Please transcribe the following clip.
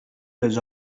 les